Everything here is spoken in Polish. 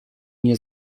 nie